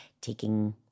taking